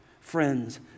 friends